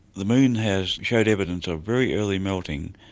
the moon has showed evidence of very early melting.